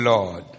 Lord